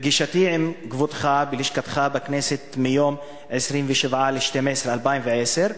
בפגישתי עם כבודך בלשכתך בכנסת ביום 27 בדצמבר 2010,